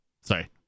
Sorry